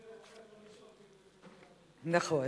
כשנסים זאב אומר לא לשאול, אז, נכון.